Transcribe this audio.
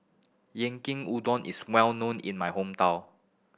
yankin udon is well known in my hometown